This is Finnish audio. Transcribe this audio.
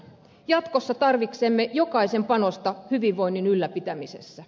jatkossa tarvitsemme jokaisen panosta hyvinvoinnin ylläpitämisessä